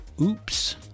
oops